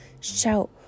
Shout